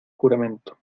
juramento